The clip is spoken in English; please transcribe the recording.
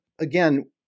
again